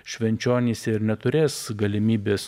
švenčionyse ir neturės galimybės